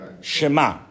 Shema